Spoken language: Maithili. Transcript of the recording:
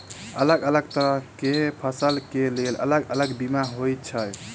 अलग अलग तरह केँ फसल केँ लेल अलग अलग बीमा होइ छै?